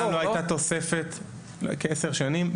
כעשר שנים.